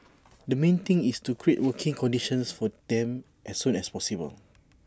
the main thing is to create working conditions for them as soon as possible